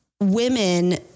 Women